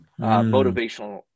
motivational